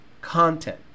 content